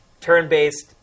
turn-based